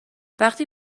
وقتی